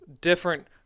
different